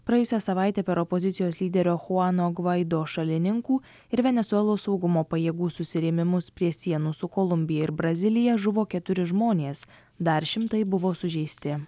praėjusią savaitę per opozicijos lyderio chuano gvaido šalininkų ir venesuelos saugumo pajėgų susirėmimus prie sienų su kolumbija ir brazilija žuvo keturi žmonės dar šimtai buvo sužeisti